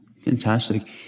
Fantastic